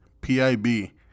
p-i-b